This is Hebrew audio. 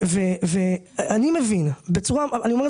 אתמול קיבלנו